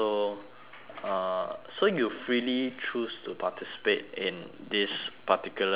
uh so you freely choose to participate in this particular event